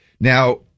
Now